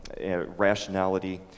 rationality